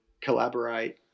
collaborate